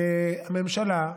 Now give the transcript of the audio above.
והממשלה,